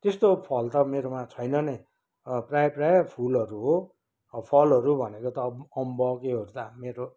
त्यस्तो फल त मेरोमा छैन नै प्रायः प्रायः फुलहरू हो फलहरू भनेको त अब अम्बक योहरू त मेरो